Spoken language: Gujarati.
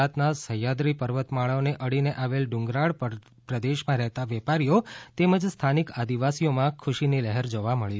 ગુજરાતના સહ્યાક્રી પર્વતમાળાઓને અડીને આવેલ ડુંગરાળ પ્રદેશમાં રહેતાં વેપારીઓ તેમજ સ્થાનિક આદિવાસીઓમાં ખુશીની લહેર જોવા મળી